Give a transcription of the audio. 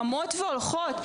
קמות והולכות,